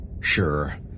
Sure